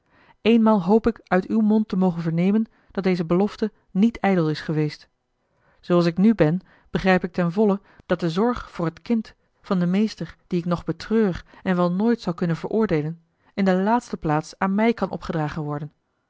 eenmaal hoop ik uit uw mond te mogen vernemen dat deze belofte niet ijdel is geweest zooals ik nu ben begrijp ik ten volle dat de zorg voor het kind van den meester dien ik nog betreur en wel nooit zal kunnen veroordeelen in de laatste plaats aan mij kan opgedragen worden